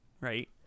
right